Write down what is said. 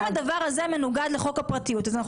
אם הדבר הזה מנוגד לחוק הגנת הפרטיות אז אנחנו